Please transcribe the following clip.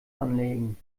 anlegen